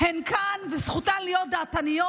הן כאן, וזכותן להיות דעתניות.